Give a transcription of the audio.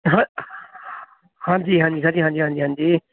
ਹਾਂ ਹਾਂਜੀ ਹਾਂਜੀ ਸਰ ਜੀ ਹਾਂਜੀ ਹਾਂਜੀ ਹਾਂਜੀ